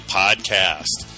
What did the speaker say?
podcast